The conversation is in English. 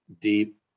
deep